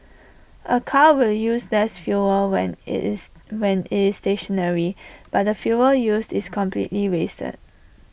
A car will use less fuel when IT is when IT is stationary but the fuel used is completely wasted